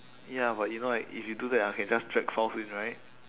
ya but you know like if you do that I can just drag files in right